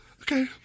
okay